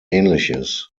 ähnliches